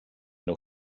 nhw